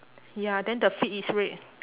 ya then the feet is red